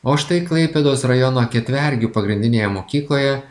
o štai klaipėdos rajono ketvergių pagrindinėje mokykloje